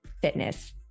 fitness